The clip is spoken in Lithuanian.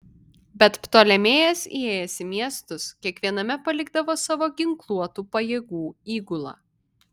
bet ptolemėjas įėjęs į miestus kiekviename palikdavo savo ginkluotų pajėgų įgulą